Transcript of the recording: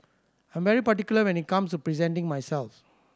I'm very particular when it comes to presenting myself